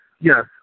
Yes